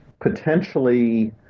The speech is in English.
potentially